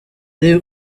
ari